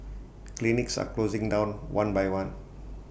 clinics are closing down one by one